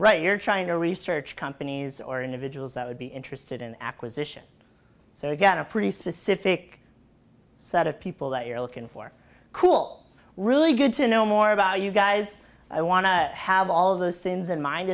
right you're trying to research companies or individuals that would be interested in acquisition so you've got a pretty specific set of people that you're looking for cool really good to know more about you guys i want to have all of those things in mind